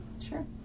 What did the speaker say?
sure